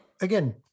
again